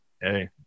Hey